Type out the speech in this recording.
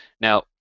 Now